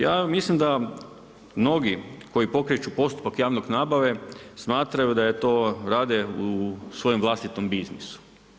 Ja mislim da mnogi koji pokreću postupak javne nabave, smatraju da to rade u svojem vlastitom biznisu.